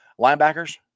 linebackers